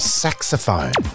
saxophone